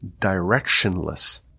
directionless